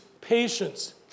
patience